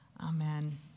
amen